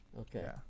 Okay